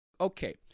Okay